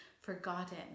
forgotten